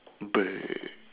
bruh